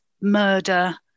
murder